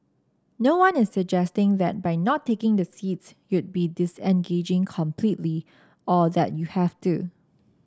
no one is suggesting that by not taking the seats you'd be disengaging completely or that you have do